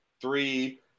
three